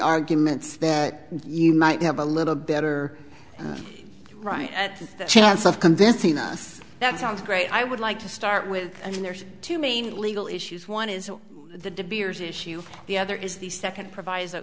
arguments that you might have a little better right at the chance of convincing us that sounds great i would like to start with and there's two main legal issues one is the de beers issue the other is the second provi